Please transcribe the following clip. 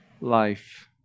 life